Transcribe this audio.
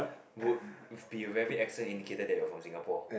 would be very accent indicated that you're from Singapore